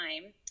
time